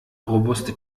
robuste